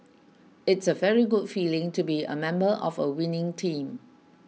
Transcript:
it's a very good feeling to be a member of a winning team